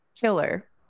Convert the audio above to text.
killer